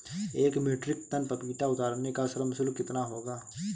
एक metric ton पपीता उतारने का श्रम शुल्क कितना होगा?